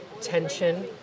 tension